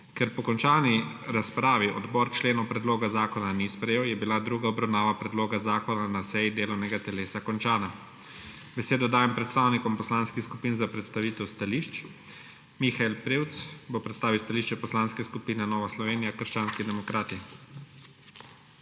Ker po končani razpravi odbor členov predloga zakona ni sprejel, je bila druga obravnava predloga zakona na seji delovnega telesa končana. Besedo dajem predstavnikom poslanskih skupin za predstavitev stališč. Mihael Prevc bo predstavil stališče Poslanske skupine Nova Slovenija – krščanski demokrati.